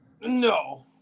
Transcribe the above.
No